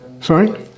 Sorry